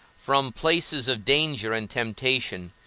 from places of danger and temptation,